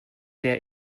der